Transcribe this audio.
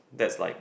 that's like